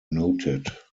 noted